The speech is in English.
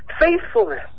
faithfulness